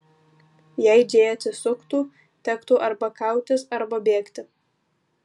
jei džėja atsisuktų tektų arba kautis arba bėgti